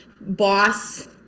boss